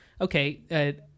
okay